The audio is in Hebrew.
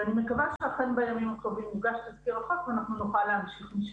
ואני מקווה שאכן בימים הקרובים יוגש תזכיר החוק ואנחנו נוכל להמשיך משם.